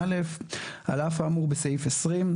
על אף האמור בסעיף 20,